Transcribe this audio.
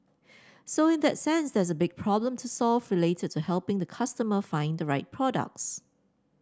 so in that sense there's a big problem to solve related to helping the customer find the right products